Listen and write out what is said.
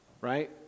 right